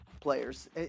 players